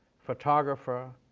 photographer,